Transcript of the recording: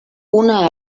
una